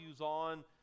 on